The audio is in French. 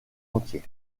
entier